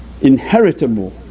inheritable